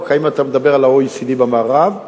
האם אתה מדבר על ה-OECD במערב,